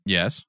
Yes